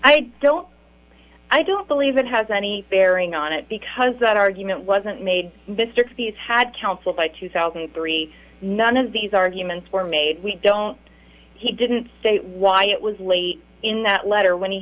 i don't i don't believe it has any bearing on it because that argument wasn't made mr t s had counsel by two thousand and three none of these arguments were made we don't he didn't say why it was late in that letter when he